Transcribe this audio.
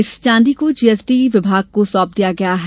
इस चाँदी को जीएसटी विभाग को सौंप दिया गया है